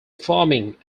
forming